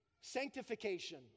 sanctification